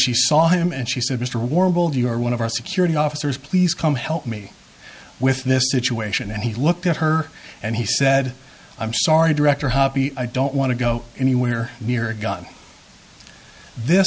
she saw him and she said mr warbled you are one of our security officers please come help me with this situation and he looked at her and he said i'm sorry director hobby i don't want to go anywhere near a gun this